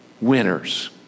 winners